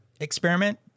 experiment